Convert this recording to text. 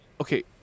okay